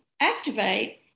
activate